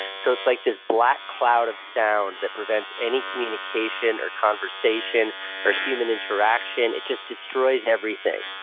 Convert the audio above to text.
so it's like this black cloud of sound that prevents any communication or conversation or human interaction. it just destroys everything.